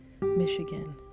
Michigan